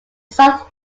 south